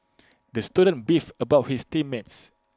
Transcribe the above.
the student beefed about his team mates